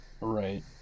Right